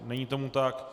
Není tomu tak.